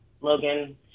Logan